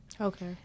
Okay